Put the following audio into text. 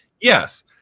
Yes